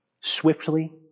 swiftly